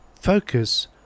Focus